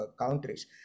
countries